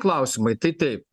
klausimai tai taip